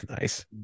Nice